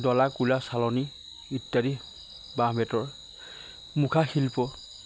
দলা কোলা চালনী ইত্যাদি বাঁহ বেতৰ মুখা শিল্প